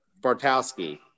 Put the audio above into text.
Bartowski